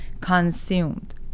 consumed